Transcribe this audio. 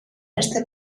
este